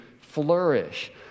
flourish